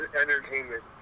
entertainment